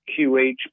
QH